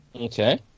Okay